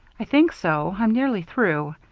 i think so. i'm nearly through.